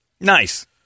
nice